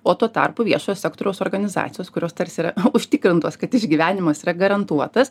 o tuo tarpu viešojo sektoriaus organizacijos kurios tarsi yra užtikrintos kad išgyvenimas yra garantuotas